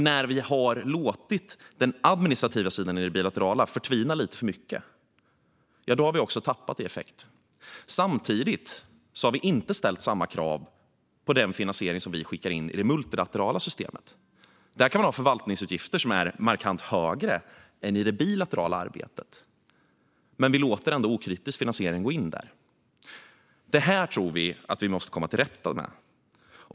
När vi har låtit den administrativa sidan i det bilaterala arbetet förtvina lite för mycket har vi också tappat i effekt. Samtidigt har vi inte ställt samma krav när det gäller den finansiering som vi skickar in i det multilaterala systemet. Där kan man ha förvaltningsutgifter som är markant högre än i det bilaterala arbetet. Men ändå låter vi okritiskt finansiering gå in där. Detta tror vi att vi måste komma till rätta med.